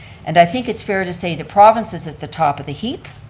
and i think it's fair to say, the province is at the top of the heap.